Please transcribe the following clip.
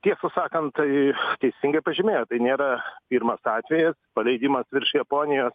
tiesą sakant tai teisingai pažymėjot tai nėra pirmas atvejis paleidimas virš japonijos